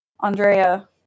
Andrea